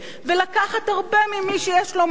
ולקחת הרבה ממי שיש לו מעט.